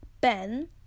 Ben